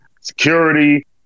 security